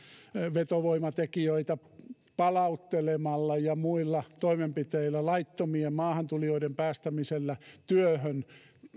vetovoimatekijöitä palauttelemalla ja muilla toimenpiteillä laittomien maahantulijoiden päästämisellä työhön